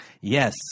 Yes